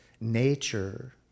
nature